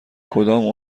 کدام